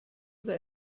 oder